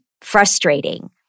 frustrating